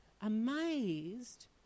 amazed